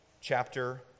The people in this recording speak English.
chapter